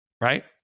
right